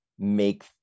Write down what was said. make